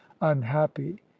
unhappy